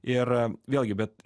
ir vėlgi bet